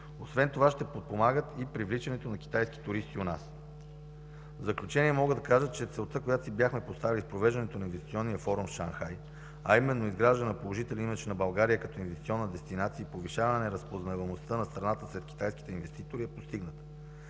Освен това ще подпомагат и за привличането на китайски туристи у нас. В заключение мога да кажа, че целта, която си бяхме поставили с провеждането на инвестиционния форум в Шанхай, а именно изграждане на положителен имидж на България като инвестиционна дестинация и повишаване на разпознаваемостта на страната сред китайските инвеститори, е постигната.